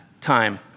time